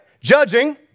judging